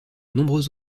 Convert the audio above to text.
nombreux